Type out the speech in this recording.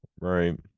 Right